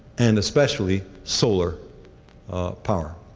and especially solar power.